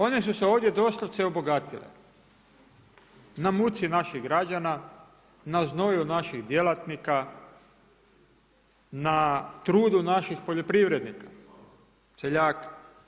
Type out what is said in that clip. One su se ovdje doslovce obogatile na muci naših građana, na znoju naših djelatnika, na trudu naših poljoprivrednika, seljaka.